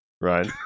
right